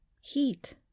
heat